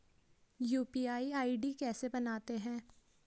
UPI ID कैसे बनाते हैं?